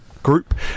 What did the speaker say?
Group